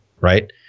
right